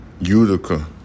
Utica